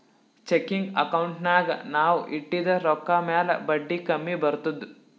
checking ಅಕೌಂಟ್ನಾಗ್ ನಾವ್ ಇಟ್ಟಿದ ರೊಕ್ಕಾ ಮ್ಯಾಲ ಬಡ್ಡಿ ಕಮ್ಮಿ ಬರ್ತುದ್